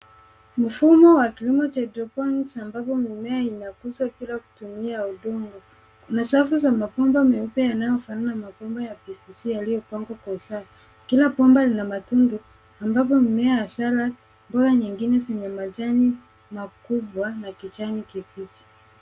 Mfumo wa kilimo cha geopolics ambapo mimea inakuzwa bila kutumia udongo na safu za mabambo meupe yanayofanana na mabomba yaliyopangwaa kwa usafi. Kila bomba lina matundu na ambapo mimea hasa bomba nyingine zina majani makubwa na kijani kibichi.